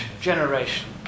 generation